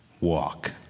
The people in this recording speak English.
walk